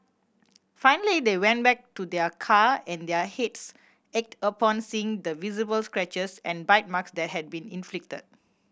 finally they went back to their car and their hits ached upon seeing the visible scratches and bite marks that had been inflicted